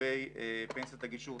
לגבי פנסיית הגישור,